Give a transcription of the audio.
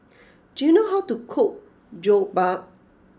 do you know how to cook Jokbal